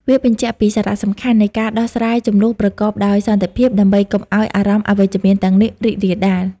វាបញ្ជាក់ពីសារៈសំខាន់នៃការដោះស្រាយជម្លោះប្រកបដោយសន្តិភាព ដើម្បីកុំឲ្យអារម្មណ៍អវិជ្ជមានទាំងនេះរីករាលដាល។